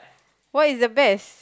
what is the best